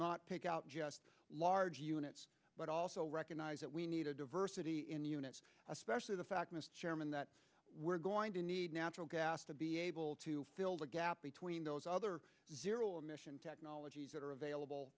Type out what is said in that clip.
take out just large units but also recognize that we need a diversity in units especially the fact mr chairman that we're going to need natural gas to be able to fill the gap between those other zero emission technologies that are available